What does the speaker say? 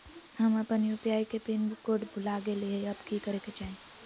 हम अपन यू.पी.आई के पिन कोड भूल गेलिये हई, अब की करे के चाही?